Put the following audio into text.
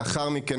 לאחר מכן,